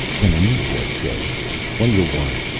then a new voice said whaddya want?